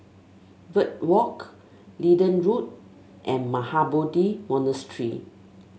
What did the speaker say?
Verde Walk Leedon Road and Mahabodhi Monastery